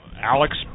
Alex